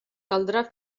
caldrà